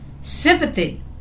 Sympathy